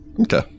Okay